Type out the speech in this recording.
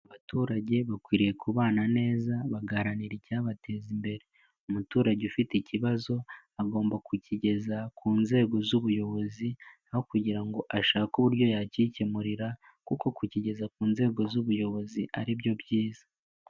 Abaturage bakwiriye kubana neza baganira icyabateza imbere. Umuturage ufite ikibazo agomba kukigeza ku nzego z'ubuyobozi, aho kugira ngo ashake uburyo yakikemurira, kuko kukigeza ku nzego z'ubuyobozi ari byo byiza.